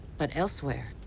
but elsewhere,